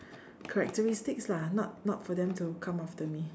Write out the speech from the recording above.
characteristics lah not not for them to come after me